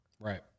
Right